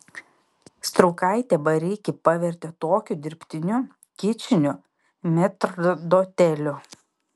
straukaitė bareikį pavertė tokiu dirbtiniu kičiniu metrdoteliu